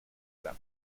them